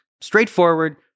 straightforward